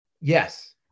Yes